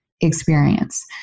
experience